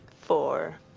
four